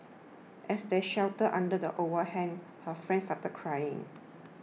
as they sheltered under the overhang her friend started crying